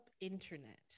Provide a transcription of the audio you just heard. internet